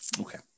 Okay